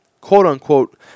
quote-unquote